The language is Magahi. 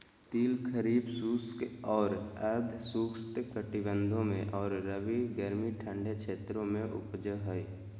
तिल खरीफ शुष्क और अर्ध शुष्क कटिबंधों में और रबी गर्मी ठंडे क्षेत्रों में उपजै हइ